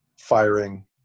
firing